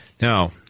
Now